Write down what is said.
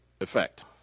effect